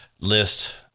list